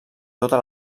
tota